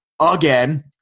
again –